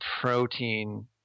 protein